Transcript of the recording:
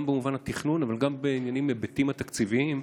גם במובן התכנון אבל גם בהיבטים התקציביים,